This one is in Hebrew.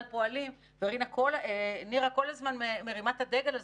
פועלים - ונירה כל הזמן מרימה את הדגל הזה,